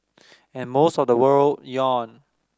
and most of the world yawned